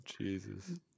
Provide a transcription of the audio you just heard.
Jesus